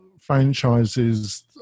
franchises